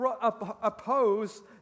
oppose